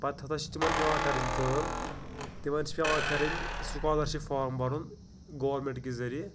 پَتہٕ ہسا چھِ تِمَن پیٚوان کَرٕنۍ کٲم تِمَن چھِ پیٚوان کَرٕنۍ سُکالَرشِپ فارم بھَرُن گورمیٚنٛٹ کہِ ذریعہِ